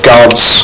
God's